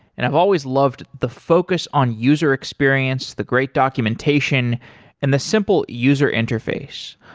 and i've always loved the focus on user experience, the great documentation and the simple user interface.